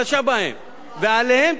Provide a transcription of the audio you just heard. ועליהן תגישו הצעות אי-אמון,